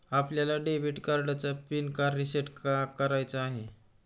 आपल्याला डेबिट कार्डचा पिन का रिसेट का करायचा आहे?